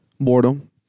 boredom